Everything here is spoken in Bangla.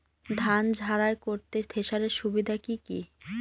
ধান ঝারাই করতে থেসারের সুবিধা কি কি?